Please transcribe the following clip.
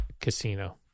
Casino